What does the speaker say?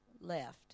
left